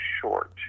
short